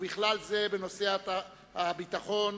ובכלל זה בנושאי הביטחון,